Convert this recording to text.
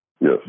Yes